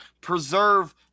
preserve